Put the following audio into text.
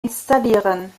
installieren